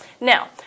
Now